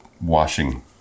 washing